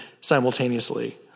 simultaneously